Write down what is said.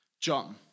John